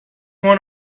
one